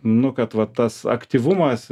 nu kad va tas aktyvumas